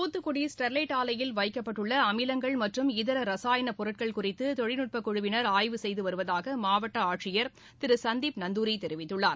Thoothukudi Sterlite ஆலையில் வைக்கப்பட்டுள்ள அமிலங்கள் மற்றும் இதரரசாயனப் பொருட்கள் குறித்தொழில்நட்பக் குழுவினர் ஆய்வு செய்துவருவதாகமாவட்டஆட்சியர் திருசந்தீப் நந்துரி தெரிவித்துள்ளார்